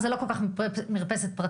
אז זה לא כל כך מרפסת פרטית.